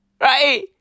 Right